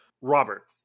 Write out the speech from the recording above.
Robert